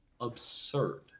absurd